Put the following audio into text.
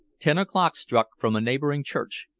ten o'clock struck from a neighboring church,